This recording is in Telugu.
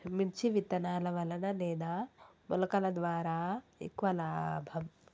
మిర్చి విత్తనాల వలన లేదా మొలకల ద్వారా ఎక్కువ లాభం?